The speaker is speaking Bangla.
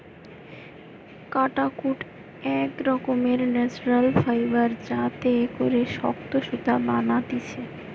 কাটাকুট এক রকমের ন্যাচারাল ফাইবার যাতে করে শক্ত সুতা বানাতিছে